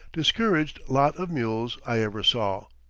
discouraged lot of mules i ever saw.